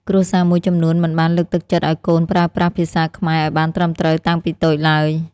គ្រួសារមួយចំនួនមិនបានលើកទឹកចិត្តឱ្យកូនប្រើប្រាស់ភាសាខ្មែរឲ្យបានត្រឹមត្រូវតាំងពីតូចឡើយ។